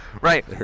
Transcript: right